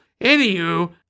Anywho